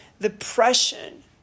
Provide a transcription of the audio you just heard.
depression